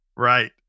Right